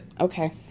okay